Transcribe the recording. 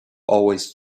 always